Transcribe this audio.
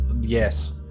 yes